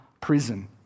prison